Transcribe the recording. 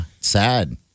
sad